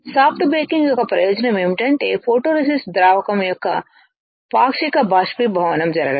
soft baking యొక్క ప్రయోజనం ఏమిటంటే ఫోటోరేసిస్ట్ ద్రావకం యొక్క పాక్షిక బాష్పీభవనం జరగడం